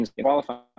qualifying